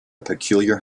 peculiar